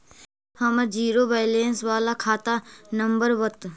हमर zero balance बाला खाता नम्बर बत?